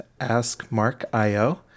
askmarkio